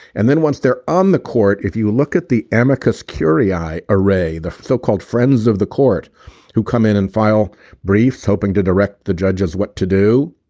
and then once they're on the court if you look at the amicus curiae i array the so-called friends of the court who come in and file briefs hoping to direct the judges what to do.